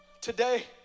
Today